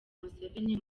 museveni